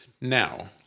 Now